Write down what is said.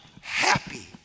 happy